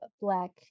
Black